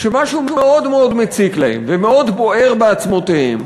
שמשהו מאוד מציק להם ומאוד בוער בעצמותיהם,